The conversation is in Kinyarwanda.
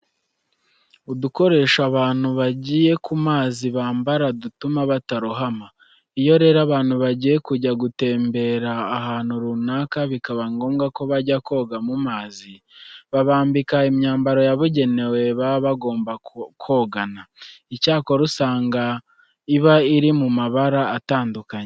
Udukoresho abantu bagiye ku mazi bambara dutuma batarohama. Iyo rero abantu bagiye kujya gutemberera ahantu runaka bikaba ngombwa ko bajya koga mu mazi, babambika imyambaro yabugenewe baba bagomba kogana. Icyakora usanga iba iri mu mabara atandukanye.